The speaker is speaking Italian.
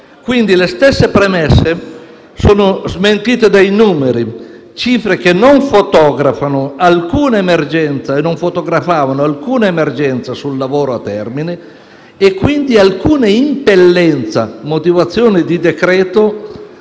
Quindi, le stesse premesse sono smentite dai numeri. Cifre che non fotografano, e non fotografavano, alcuna emergenza sul lavoro a termine e, quindi, alcuna impellenza (motivazione di decreto-legge)